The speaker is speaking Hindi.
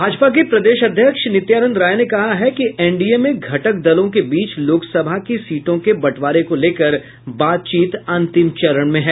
भाजपा के प्रदेश अध्यक्ष नित्यानंद राय ने कहा है कि एनडीए में घटक दलों के बीच लोकसभा के सीटों के बंटवारे को लेकर बातचीत अंतिम चरण में है